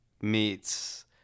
meets